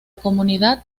comunidad